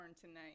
tonight